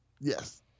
Yes